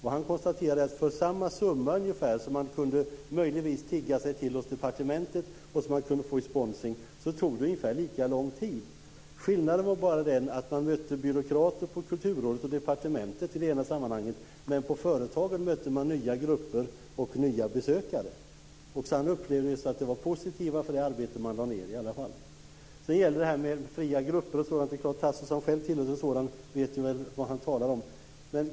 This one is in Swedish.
Han konstaterar att det för ungefär samma summa som man möjligtvis kunde tigga sig till hos departementet och för den summa som man kunde få i sponsring tog ungefär lika lång tid. Det var bara det att skillnaden var att man mötte byråkrater på Kulturrådet och departementet, medan man på företagen mötte nya grupper och nya besökare. Utredaren upplevde att det var positivt för det arbete som lagts ned i alla fall. När det gäller fria grupper och sådant så är det klart att Tasso Stafilidis, som själv tillhört en sådan grupp, vet vad han talar om.